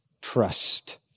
trust